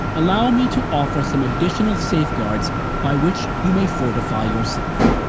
allow me to offer some additional safeguards by which you may fortify yourself.